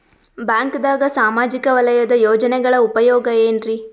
ಬ್ಯಾಂಕ್ದಾಗ ಸಾಮಾಜಿಕ ವಲಯದ ಯೋಜನೆಗಳ ಉಪಯೋಗ ಏನ್ರೀ?